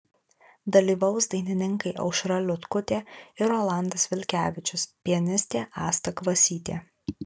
dalyvaus dainininkai aušra liutkutė ir rolandas vilkevičius pianistė asta kvasytė